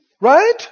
Right